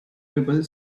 people